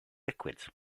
liquids